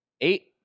Eight